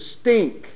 stink